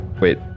Wait